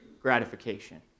gratification